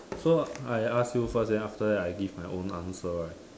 so I I ask you first then after that I give my own answer right